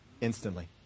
instantly